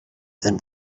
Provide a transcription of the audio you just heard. than